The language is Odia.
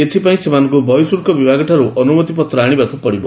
ଏଥିପାଇଁ ସେମାନଙ୍କୁ ବହିଃଶୁଲ୍କ ବିଭାଗଠାରୁ ଅନୁମତିପତ୍ର ଆଶିବାକୁ ପଡ଼ିବ